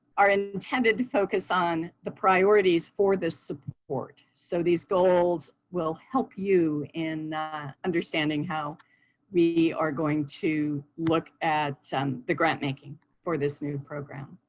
are intended to focus on the priorities for the support. so these goals will help you in understanding how we are going to look at um the grant-making for this new program.